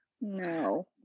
No